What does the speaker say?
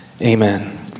Amen